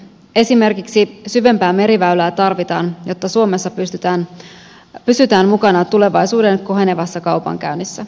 esimerkiksi syvempää meriväylää tarvitaan jotta suomessa pysytään mukana tulevaisuuden kohenevassa kaupankäynnissä